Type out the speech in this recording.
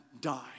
die